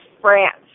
France